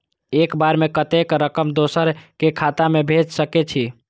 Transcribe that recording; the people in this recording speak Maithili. एक बार में कतेक रकम दोसर के खाता में भेज सकेछी?